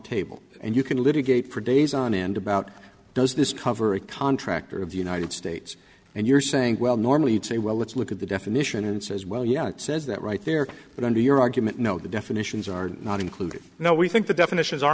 table and you can litigate for days on end about does this cover a contractor of the united states and you're saying well normally you'd say well let's look at the definition and says well yeah it says that right there but under your argument no the definitions are not included now we think the definitions are